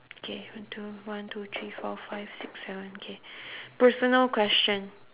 okay one two one two three four five six seven okay personal question